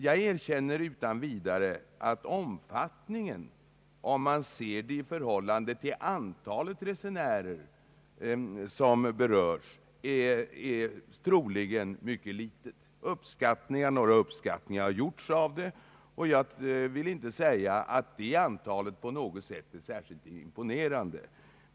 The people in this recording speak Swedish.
Jag erkänner utan vidare att antalet resenärer som berörs troligtvis är mycket litet, om man ser det i förhållande till det totala antalet. En del uppskattningar har gjorts, och jag vill inte säga att antalet på något sätt är särskilt imponerande.